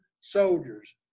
soldiers